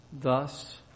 thus